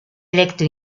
electo